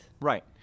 Right